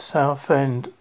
Southend